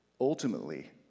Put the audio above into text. ultimately